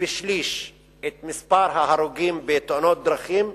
בשליש את מספר ההרוגים בתאונות דרכים,